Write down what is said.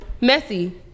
messy